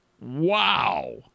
Wow